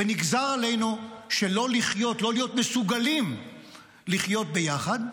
ונגזר עלינו שלא לא להיות מסוגלים לחיות ביחד,